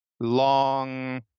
Long